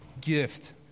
gift